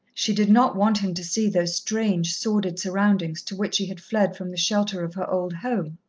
she did not want him to see those strange, sordid surroundings to which she had fled from the shelter of her old home.